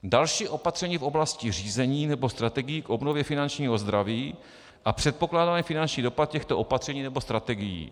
r) další opatření v oblasti řízení nebo strategií k obnově finančního zdraví a předpokládaný finanční dopad těchto opatření nebo strategií,